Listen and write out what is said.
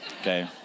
okay